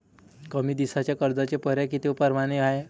कमी दिसाच्या कर्जाचे पर्याय किती परमाने हाय?